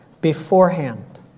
Beforehand